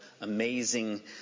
Amazing